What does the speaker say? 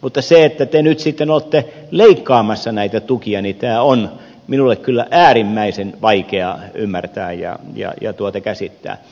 mutta se että te nyt sitten olette leikkaamassa näitä tukia on minulle kyllä äärimmäisen vaikea ymmärtää ja käsittää